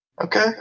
Okay